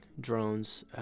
drones